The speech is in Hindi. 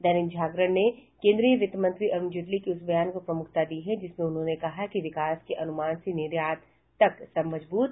दैनिक जागरण ने केन्द्रीय वित्त मंत्री अरूण जेटली के उस बयान को प्रमुखता दी है जिसमें उन्होंने कहा कि विकास के अनुमान से निर्यात तक सब मजबूत